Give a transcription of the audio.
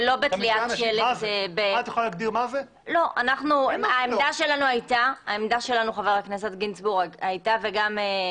אכן יש הבדל של דרגה אחת בין שלוש הערים הגדולות לשאר הרשויות ובעניין